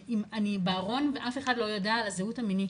אם אני בארון ואף אחד לא ידע על הזהות המינית